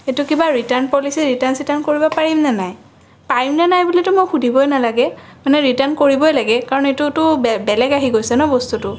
এইটো কিবা return policy return চিটাৰ্ণ কৰিব পাৰিমনে নাই পাৰিমনে নাই বুলিতো মই সুধিবই নালাগে মানে ৰিটাৰ্ণ কৰিবই লাগে কাৰণ এইটোতো বেলেগ আহি গৈছে ন' বস্তুটো